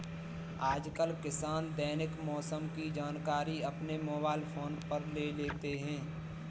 आजकल किसान दैनिक मौसम की जानकारी अपने मोबाइल फोन पर ले लेते हैं